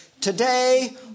today